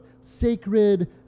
sacred